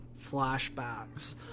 flashbacks